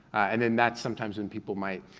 and then that's sometimes when people might,